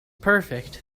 perfect